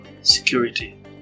security